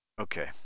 Okay